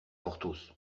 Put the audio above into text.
porthos